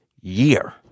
year